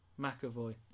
McAvoy